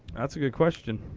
that's a good question.